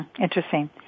Interesting